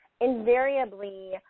invariably